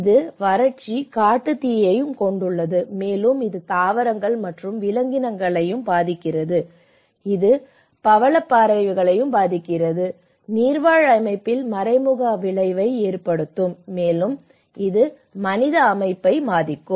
இது வறட்சி காட்டுத்தீயையும் கொண்டுள்ளது மேலும் இது தாவரங்கள் மற்றும் விலங்கினங்களையும் பாதிக்கிறது இது பவளப்பாறைகளையும் பாதிக்கிறது இது நீர்வாழ் அமைப்பில் மறைமுக விளைவை ஏற்படுத்தும் மேலும் இது மனித அமைப்பை பாதிக்கும்